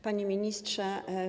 Panie Ministrze!